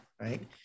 right